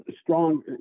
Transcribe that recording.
strong